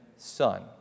Son